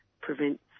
prevents